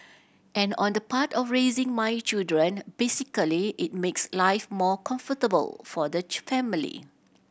and on the part of raising my children basically it makes life more comfortable for the family